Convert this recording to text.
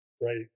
right